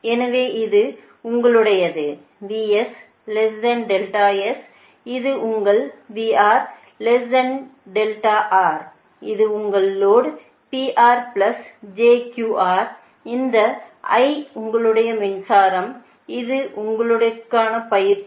எனவே இது உங்களுடையது இது உங்கள் இது உங்கள் லோடு இந்த I உங்களுடைய மின்சாரம் இது உங்களுக்கான பயிற்சி